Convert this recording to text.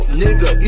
nigga